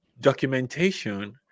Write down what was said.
documentation